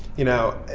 you know,